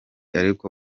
ariko